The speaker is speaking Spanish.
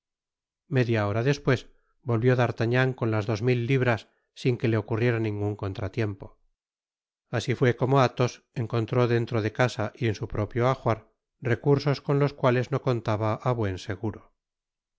media hora despues volvió d'artagnan con las dos mil libras sin que te ocurriera ningun contratiempo asi fué como athos encontró dentro de casa y en su propio ajuar recursos con los cuales no contaba á buen seguro